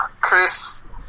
Chris